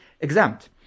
exempt